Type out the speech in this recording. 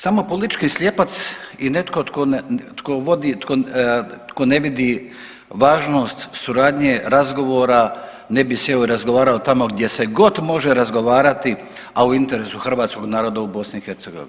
Samo politički slijepac i netko tko vodi, tko ne vidi važnost suradnje, razgovora ne bi sjeo i razgovarao tamo gdje se god može razgovarati a u interesu hrvatskog naroda u BiH.